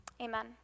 Amen